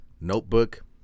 notebook